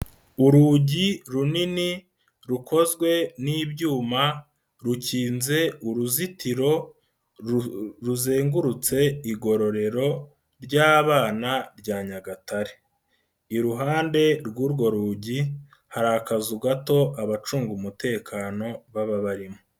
Urugi runini rukozwe n'ibyuma, rukinze uruzitiro ruzengurutse igororero ry'abana rya Nyagatare. Iruhande rw'urwo rugi hari akazu gato abacunga umutekano baba barimo.